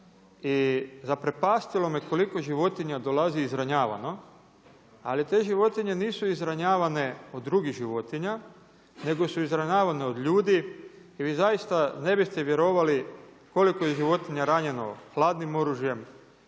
i zaprepastilo me koliko životinja dolazi izranjavanja, ali te životinja nisu izranjavane od drugih životinja, nego su izranjavane od ljudi i vi zaista ne biste vjerovali koliko je životinja ranjeno hladnim oružjem,